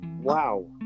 Wow